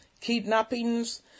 kidnappings